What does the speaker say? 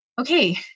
okay